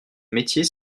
métier